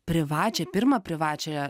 privačią pirmą privačią